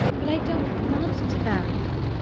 but i don't want to marry you!